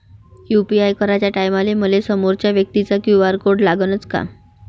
UPI कराच्या टायमाले मले समोरच्या व्यक्तीचा क्यू.आर कोड लागनच का?